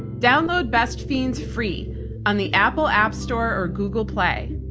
download best fiends free on the apple app store or google play.